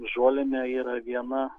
žolinė yra viena